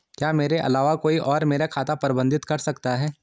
क्या मेरे अलावा कोई और मेरा खाता प्रबंधित कर सकता है?